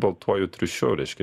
baltuoju triušiu reiškia